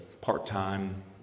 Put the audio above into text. part-time